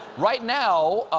right now,